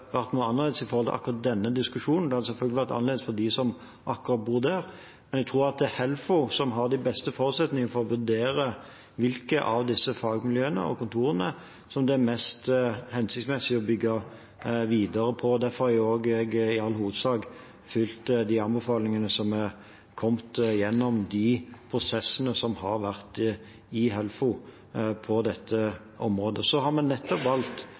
vært noe annerledes i forhold til akkurat denne diskusjonen. Det hadde selvfølgelig vært annerledes for dem som bor akkurat der. Jeg tror at det er Helfo som har de beste forutsetningene for å vurdere hvilke av disse fagmiljøene og kontorene som det er mest hensiktsmessig å bygge videre på. Derfor har jeg i hovedsak fulgt de anbefalingene som er kommet gjennom de prosessene som har vært i Helfo på dette området. Vi har valgt